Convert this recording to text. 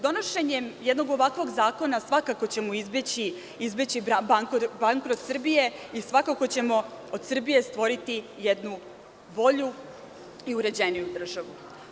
Donošenjem jednog ovakvog zakona svakako ćemo izbeći bankrot Srbije i svakako ćemo od Srbije stvoriti jednu bolju i uređeniju državu.